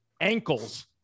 ankles